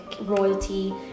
royalty